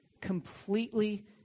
completely